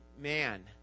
man